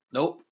Nope